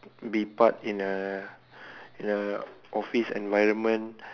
be part in a in a office environment